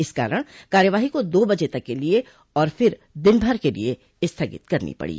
इस कारण कार्यवाही दो बजे तक के लिए और फिर दिनभर के लिए स्थगित करनी पडो